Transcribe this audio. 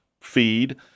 feed